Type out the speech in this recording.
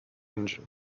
engine